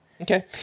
Okay